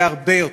להרבה יותר.